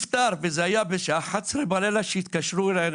בשעה עשר בלילה התקשרו אלי,